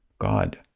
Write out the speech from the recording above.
God